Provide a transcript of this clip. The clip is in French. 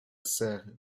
serres